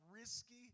risky